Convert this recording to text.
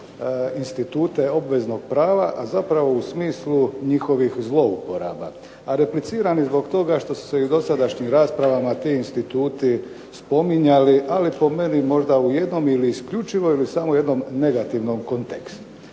institute obveznog prava, a zapravo u smislu njihovih zlouporaba. A repliciram i zbog toga što su se i u dosadašnjim raspravama ti instituti spominjali, ali po meni možda u jednom ili isključivo ili samo u jednom negativnom kontekstu.